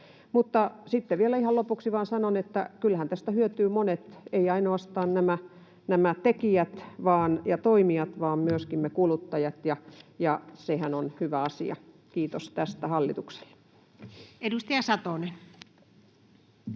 Mutta sitten vielä ihan lopuksi vaan sanon, että kyllähän tästä hyötyvät monet, eivät ainoastaan nämä tekijät ja toimijat vaan myöskin me kuluttajat, ja sehän on hyvä asia. Kiitos tästä hallitukselle. [Speech